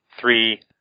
three